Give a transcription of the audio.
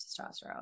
testosterone